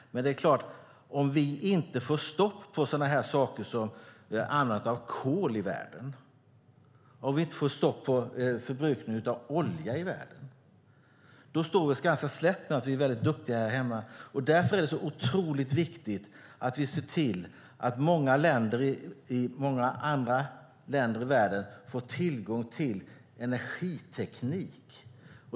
Men det är klart: Om vi inte får stopp på sådana saker som användandet av kol och förbrukningen av olja i världen står vi oss ganska slätt även om vi är väldigt duktiga här hemma. Därför är det så otroligt viktigt att vi ser till att många andra länder i världen får tillgång till energiteknik.